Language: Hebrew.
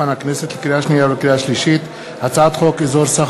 התכנון והבנייה (תיקון מס'